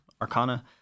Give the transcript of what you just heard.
arcana